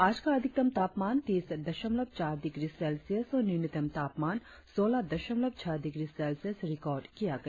आज का अधिकतम तापमान तीस दशमलव चार डिग्री सेल्सियस और न्यूनतम तापमान सोलह दशमलव छह डिग्री सेल्सियस रिकार्ड किया गया